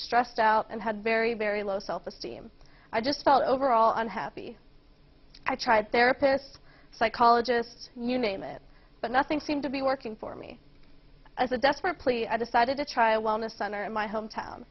stressed out and had very very low self esteem i just felt overall unhappy i tried therapist psychologist new name it but nothing seemed to be working for me as a desperate plea i decided to try a wellness center in my hometown